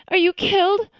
are you killed?